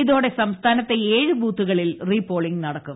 ഇതോടെ സംസ്ഥാനത്തെ ഏഴു ബൂത്തുകളിൽ റീ പോളിംഗ് നടക്കും